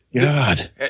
God